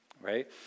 right